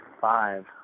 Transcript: five